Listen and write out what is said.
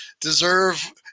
deserve